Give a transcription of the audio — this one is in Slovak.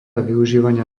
využívania